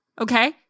Okay